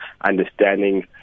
understanding